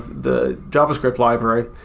the javascript library,